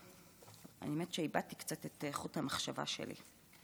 האמת היא שאיבדתי קצת את חוט המחשבה שלי.